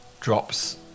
drops